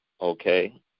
okay